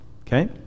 Okay